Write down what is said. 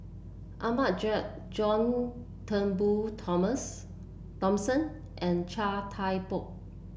Ahmad Jais John Turnbull Toms Thomson and Chia Thye Poh